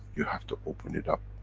you have to open it up.